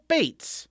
Bates